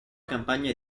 campagna